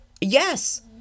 yes